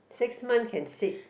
six month can sit